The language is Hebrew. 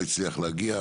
לא הצליח להגיע,